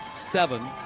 seven.